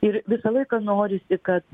ir visą laiką norisi kad